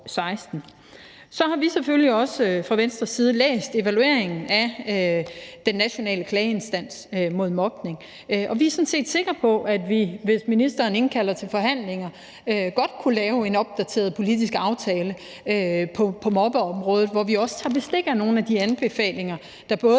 Så har vi selvfølgelig også fra Venstres side læst evalueringen af Den Nationale Klageinstans mod Mobning, og vi er sådan set sikre på, at vi, hvis ministeren indkalder til forhandlinger, godt kunne lave en opdateret politisk aftale på mobbeområdet, hvor vi også tager bestik af nogle af de anbefalinger, der både